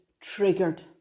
triggered